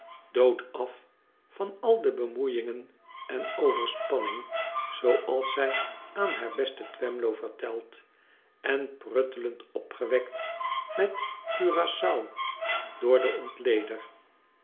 doodaf van al de bemoeiingen en de overspanning zooals zij aan haar besten twemlow verteld en pruttelend opgewekt met curagou door den ontleden